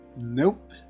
Nope